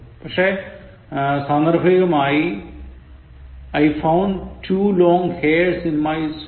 പക്ഷേ സാന്ദർഭികമായി I found two long hairs in my soup